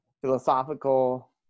philosophical